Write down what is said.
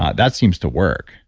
um that seems to work